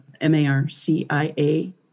M-A-R-C-I-A